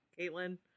Caitlin